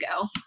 go